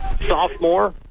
sophomore